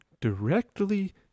directly